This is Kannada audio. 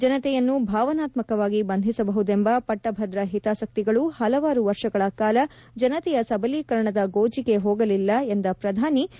ಜನತೆಯನ್ನು ಭಾವನಾತ್ಕವಾಗಿ ಬಂಧಿಸಬಹುದೆಂಬ ಪಟ್ಟಭದ್ರ ಹಿತಾಸಕ್ತಿಗಳು ಪಲವಾರು ವರ್ಷಗಳ ಕಾಲ ಜನತೆಯ ಸಬಲೀಕರಣದ ಗೋಜಿಗೆ ಹೋಗಲಿಲ್ಲ ಎಂದ ಪ್ರಧಾನಮಂತ್ರಿ